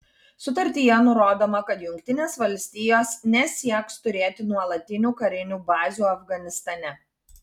sutartyje nurodoma kad jungtinės valstijos nesieks turėti nuolatinių karinių bazių afganistane